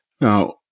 Now